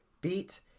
beat